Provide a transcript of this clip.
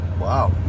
wow